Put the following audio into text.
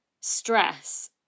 stress